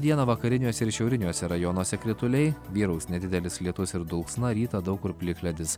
dieną vakariniuose ir šiauriniuose rajonuose krituliai vyraus nedidelis lietus ir dulksna rytą daug kur plikledis